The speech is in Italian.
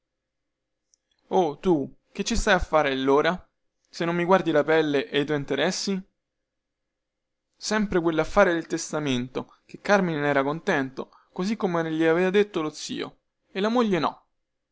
o tu che ci stai a fare allora se non mi guardi la pelle e i tuoi interessi sempre quellaffare del testamento che carmine nera contento così come gli aveva detto lo zio e la moglie no